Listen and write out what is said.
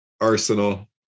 Arsenal